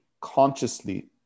consciously